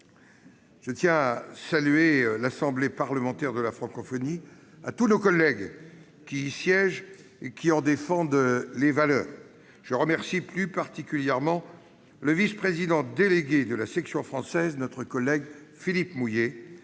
Je tiens à saluer l'Assemblée parlementaire de la francophonie et tous nos collègues qui y siègent et qui en défendent les valeurs. Je remercie plus particulièrement le vice-président délégué de la section française, notre collègue Philippe Mouiller,